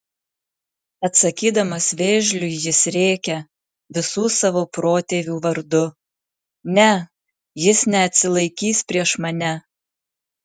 atsakydamas vėžliui jis rėkia visų savo protėvių vardu ne jis neatsilaikys prieš mane